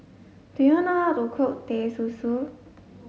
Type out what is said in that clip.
do you know how to cook teh susu